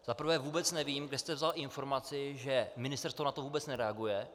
Za prvé vůbec nevím, kde jste vzal informaci, že ministerstvo na to vůbec nereaguje.